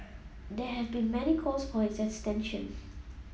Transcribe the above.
there have been many calls for its extension